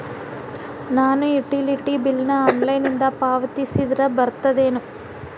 ನಾನು utility bill ನ ಆನ್ಲೈನಿಂದ ಪಾವತಿಸಿದ್ರ ಬರ್ತದೇನು?